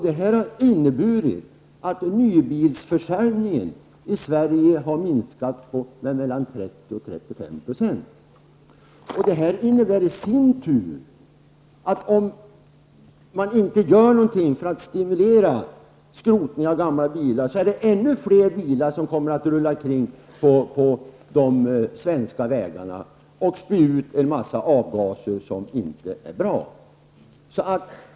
Det har inneburit att nybilsförsäljningen i Sverige har minskat med mellan 30 och 35 %. Det innebär i sin tur att om man inte gör någonting för att stimulera skrotningen av gamla bilar, kommer ännu fler gamla bilar att rulla omkring på de svenska vägarna och spy ut en mängd avgaser som inte är bra.